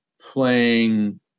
playing